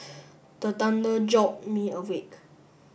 the thunder jolt me awake